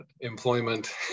employment